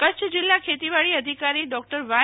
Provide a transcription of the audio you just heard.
કચ્છ જિલ્લા ખેતીવાડી અધિકારી ડોક્ટર વાય